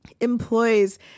employs